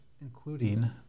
including